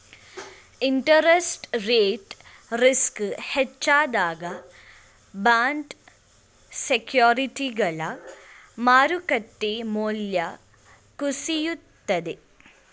interest rate risk ಹೆಚ್ಚಾದಾಗ bond ಸೆಕ್ಯೂರಿಟಿಗಳ ಮಾರುಕಟ್ಟೆ ಮೌಲ್ಯ ಕುಸಿಯುತ್ತದೆ